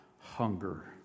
hunger